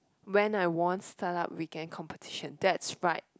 when I won start up weekend competition that's right